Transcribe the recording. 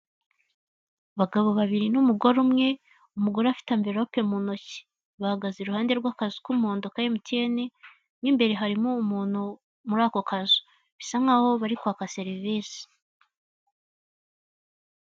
Abagabo babiri n'umugore umwe, umugore afite amvirope mu ntoki bahagaze iruhande rw'akazu k'umugondo ka emutiyene, mu imbere harimo umuntu muri ako kazu bisa nkaho bari kwaka serivise.